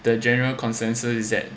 the general consensus is that